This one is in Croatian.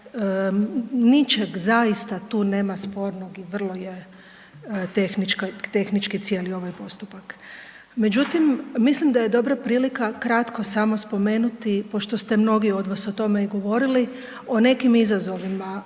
ničeg zaista tu nema spornog i vrlo je tehnički cijeli ovaj postupak. Međutim, mislim da je dobra prilika kratko samo spomenuti pošto ste mnogi od vas o tome govorili o nekim izazovima